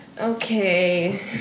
Okay